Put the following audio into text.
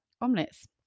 Omelets